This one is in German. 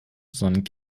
sondern